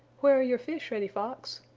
where are your fish, reddy fox?